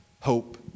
hope